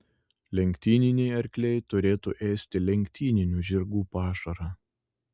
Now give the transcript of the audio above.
lenktyniniai arkliai turėtų ėsti lenktyninių žirgų pašarą